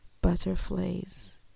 butterflies